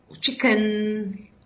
chicken